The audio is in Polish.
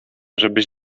żebyś